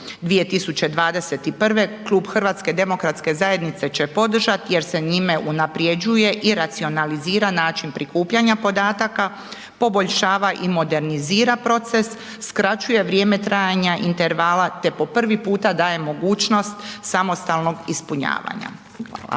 2021. Klub HDZ-a će podržat jer se njime unaprjeđuje i racionalizira način prikupljanja podataka, poboljšava i modernizira proces, skraćuje vrijeme trajanja intervala, te po prvi puta daje mogućnost samostalnog ispunjavanja. Hvala.